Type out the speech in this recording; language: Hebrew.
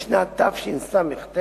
משנת תשס"ט,